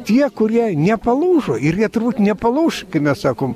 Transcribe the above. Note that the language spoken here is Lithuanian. tie kurie nepalūžo ir jie turbūt nepalūš kaip mes sakom